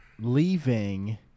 Leaving